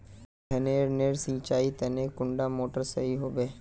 धानेर नेर सिंचाईर तने कुंडा मोटर सही होबे?